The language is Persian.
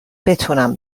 بتونم